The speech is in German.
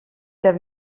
der